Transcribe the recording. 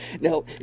now